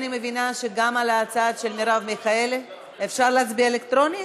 אני מבינה שעל ההצעה של מרב מיכאלי אפשר להצביע אלקטרונית,